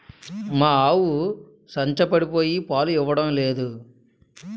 మా ఆవు సంచపడిపోయి పాలు ఇవ్వడం నేదు